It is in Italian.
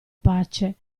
pace